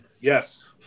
Yes